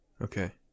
okay